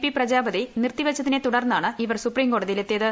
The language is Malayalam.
പി പ്രജാപതി നിർത്തിവച്ചതിനെ തുടർന്നാണ് ഇവർ സുപ്രീംകോടതിയിലെത്തിയ്